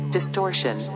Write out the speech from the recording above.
Distortion